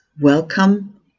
Welcome